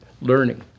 learning